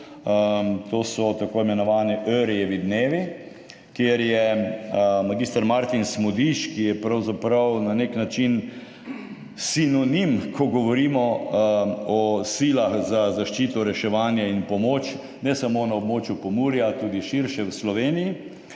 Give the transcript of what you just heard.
to so tako imenovani Eöryjevi dnevi, kjer je mag. Martin Smodiš, ki je pravzaprav na nek način sinonim, ko govorimo o silah za zaščito, reševanje in pomoč, ne samo na območju Pomurja, tudi širše v Sloveniji,